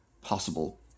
possible